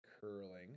curling